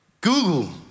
Google